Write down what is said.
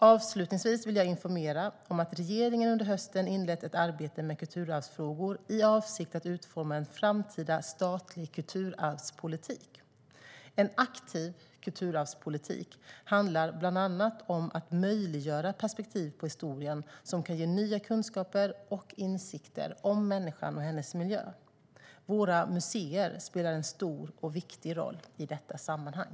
Avslutningsvis vill jag informera om att regeringen under hösten inlett ett arbete med kulturarvsfrågor i avsikt att utforma en framtida statlig kulturarvspolitik. En aktiv kulturarvspolitik handlar bland annat om att möjliggöra perspektiv på historien som kan ge nya kunskaper och insikter om människan och hennes miljö. Våra museer spelar en stor och viktig roll i detta sammanhang.